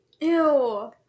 Ew